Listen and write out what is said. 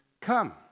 come